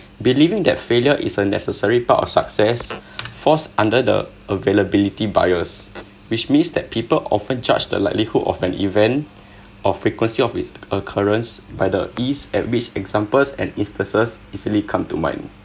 believing that failure is a necessary part of success falls under the availability bias which means that people often judge the likelihood of an event or frequency of its occurrence by the ease at which examples and instances easily come to mind